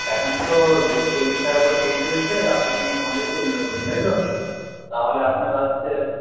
এখন তো দুশো চল্লিশ টাকা করে কেজি চলছে আপনি পঞ্চাশ কেজি নেবেন বললেন তাই তো তাহলে আপনার হচ্ছে